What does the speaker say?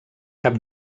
cap